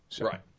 Right